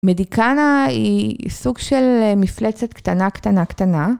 מדיקנה היא סוג של מפלצת קטנה קטנה קטנה.